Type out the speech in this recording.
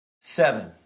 Seven